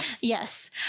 Yes